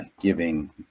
giving